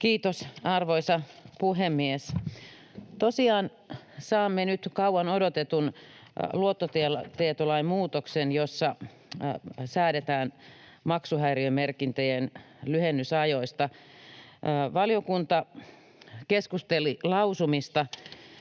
Kiitos, arvoisa puhemies! Tosiaan, saamme nyt kauan odotetun luottotietolain muutoksen, jossa säädetään maksuhäiriömerkintöjen lyhennysajoista. Valiokunta keskusteli lausumista,